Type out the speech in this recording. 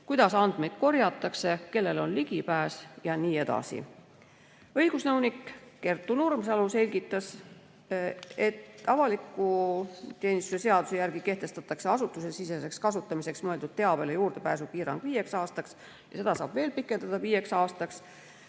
kuidas neid korjatakse, kellel on neile ligipääs jne. Õigusnõunik Kertu Nurmsalu selgitas, et avaliku teenistuse seaduse järgi kehtestatakse asutusesiseseks kasutamiseks mõeldud teabele juurdepääsupiirang viieks aastaks ja seda saab pikendada veel viieks aastaks.